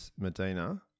Medina